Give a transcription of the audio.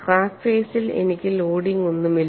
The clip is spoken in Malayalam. ക്രാക്ക് ഫേസിൽ എനിക്ക് ലോഡിംഗ് ഒന്നുമില്ല